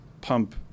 pump